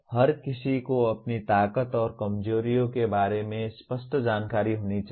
हर किसी को अपनी ताकत और कमजोरियों के बारे में स्पष्ट जानकारी होनी चाहिए